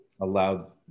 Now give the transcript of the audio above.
allowed